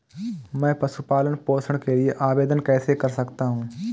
मैं पशु पालन पोषण के लिए आवेदन कैसे कर सकता हूँ?